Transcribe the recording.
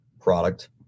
product